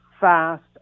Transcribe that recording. fast